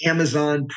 Amazon